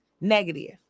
negative